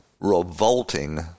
revolting